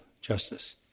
justice